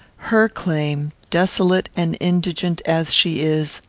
her claim, desolate and indigent as she is,